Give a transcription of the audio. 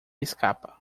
escapa